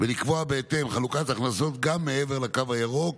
ולקבוע בהתאם חלוקת הכנסות גם מעבר לקו הירוק,